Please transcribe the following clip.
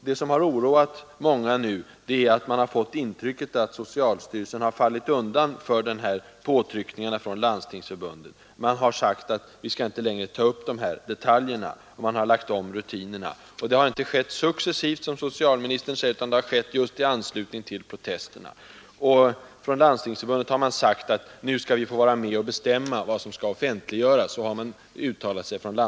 Det som har oroat många är att man har fått intrycket att socialstyrelsen har fallit undan för påtryckningarna från Landstingsförbundet. Det har sagts: Vi skall inte längre ta upp de här detaljerna. Rutinerna har lagts om. Men det har inte skett successivt, som socialministern säger, utan just i anslutning till protesterna. Från Landstingsförbundet har det sagts: Nu skall vi få vara med och bestämma vad som skall offentliggöras.